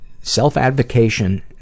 self-advocation